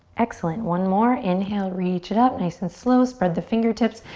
excellent, one more. inhale, reach it up. nice and slow, spread the fingertips.